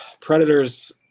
Predators